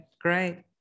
Great